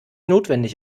notwendig